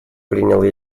принял